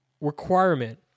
requirement